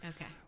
Okay